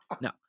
No